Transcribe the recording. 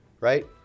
right